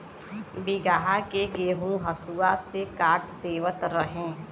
बीघहा के गेंहू हसुआ से काट देवत रहे